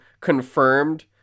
confirmed